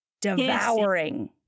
Devouring